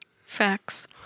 Facts